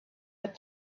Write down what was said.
had